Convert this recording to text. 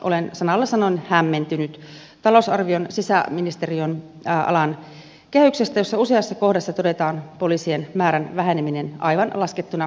olen sanalla sanoen hämmentynyt talousarvion sisäministeriön alan kehyksestä jossa useassa kohdassa todetaan poliisien määrän väheneminen laskettuna aivan henkilötyövuosina